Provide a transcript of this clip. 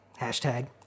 Hashtag